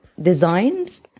designs